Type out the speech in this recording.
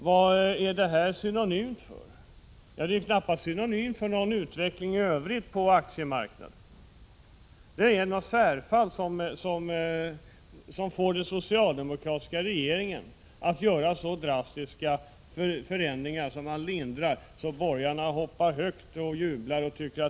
Vad är denna utveckling synonym med? Ja, knappast med utvecklingen i övrigt på aktiemarknaden. Det är några särfall som får den socialdemokratiska regeringen att vidta så drastiska förändringar att borgarna tycker det är bra, hoppar högt och jublar.